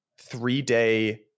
three-day